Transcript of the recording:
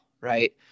right